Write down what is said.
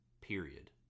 Period